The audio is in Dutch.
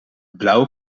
blauwe